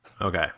Okay